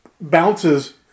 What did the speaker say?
bounces